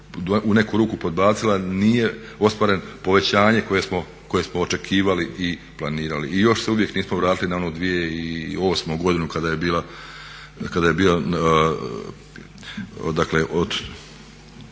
u neku ruku podbacila, nije ostvareno povećanje koje smo očekivali i planirali. I još se uvijek nismo vratili na onu 2008.godinu kada je bio